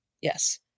Yes